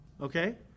okay